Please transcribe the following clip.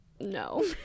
No